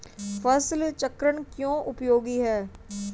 फसल चक्रण क्यों उपयोगी है?